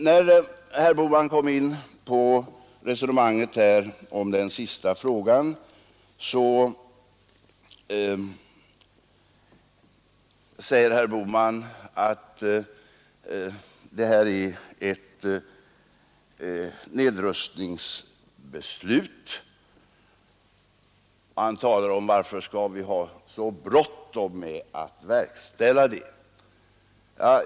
När herr Bohman kom in på resonemanget om den sista f han att riksdagsbeslutet är ett nedrustningsbeslut, och han undrade varför vi skall ha så bråttom med att verkställa det.